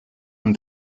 and